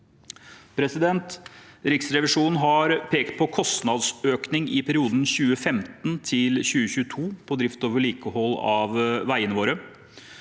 Riksrevisjonen har pekt på kostnadsøkning i perioden 2015–2022 på drift og vedlikehold av veiene våre.